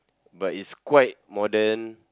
but it's quite modern